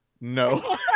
No